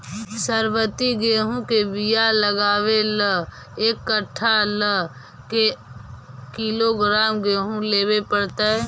सरबति गेहूँ के बियाह लगबे ल एक कट्ठा ल के किलोग्राम गेहूं लेबे पड़तै?